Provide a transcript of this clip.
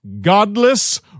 godless